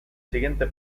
siguiente